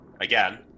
again